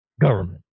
government